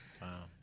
Wow